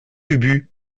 ubu